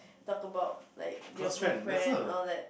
talk about like your girlfriend or like